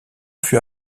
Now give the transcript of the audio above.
fut